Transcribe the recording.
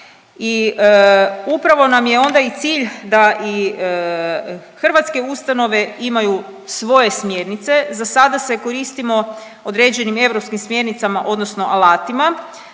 i upravo nam je onda i cilj da i hrvatske ustanove imaju svoje smjernice. Zasada se koristimo određenim europskim smjernicama odnosno alatima.